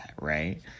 right